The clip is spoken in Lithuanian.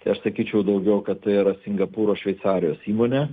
tai aš sakyčiau daugiau kad tai yra singapūro šveicarijos įmonė